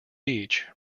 beach